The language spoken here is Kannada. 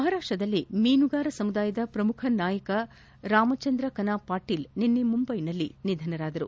ಮಹಾರಾಷ್ಟದಲ್ಲಿ ಮೀನುಗಾರ ಸಮುದಾಯದ ಪ್ರಮುಖ ನಾಯಕ ರಾಮಚಂದ್ರ ಕನಾ ಪಾಟೀಲ್ ನಿನ್ನೆ ಮುಂಬೈನಲ್ಲಿ ನಿಧನರಾದರು